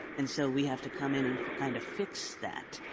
and so we have to come in and kind of fix that.